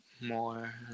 more